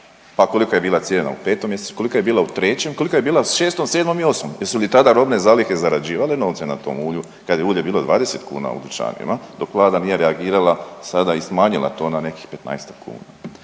pa kolika je bila cijena u 5. mjesecu, kolika je bila u 3., kolika je bila u 6., 7. i 8., jesu li tada robne zalihe zarađivale novce na tom ulju kad je ulje bilo 20 kuna u dućanima dok vlada nije reagirala sada i smanjila to na nekih 15-tak